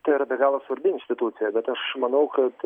tai yra be galo svarbi institucija bet aš manau kad